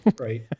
right